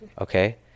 okay